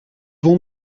vont